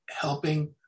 helping